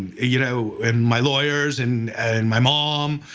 ah you know and my lawyers and and my mom,